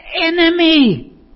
enemy